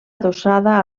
adossada